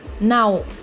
now